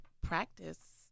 practice